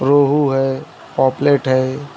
रोहू है पापलेट है